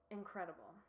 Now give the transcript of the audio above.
incredible